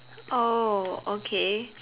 oh okay